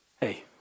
hey